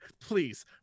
Please